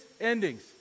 endings